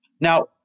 Now